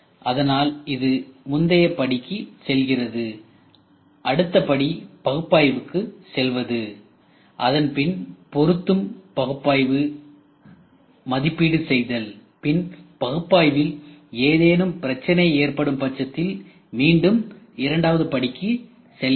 அதனால் இது முந்தைய படி செல்கிறது அடுத்த படி பகுப்பாய்வுக் செல்வது அதன்பின் பொருத்தும் பகுப்பாய்வு மதிப்பீடு செய்தல் பின் பகுப்பாய்வில் ஏதேனும் பிரச்சினை ஏற்படும் பட்சத்தில் மீண்டும் இரண்டாவது படிக்குசெல்கிறது